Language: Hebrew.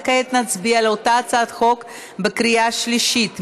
וכעת נצביע על אותה הצעת חוק בקריאה שלישית.